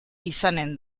izanen